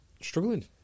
struggling